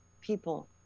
people